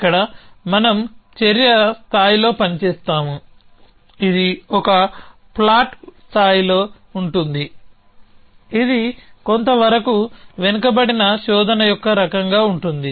ఇక్కడ మనం చర్య స్థాయిలో పని చేస్తాము ఇది ఒక ప్లాట్ స్థాయిలో ఉంటుంది ఇది కొంత వరకు వెనుకబడిన శోధన యొక్క రకంగా ఉంటుంది